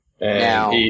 Now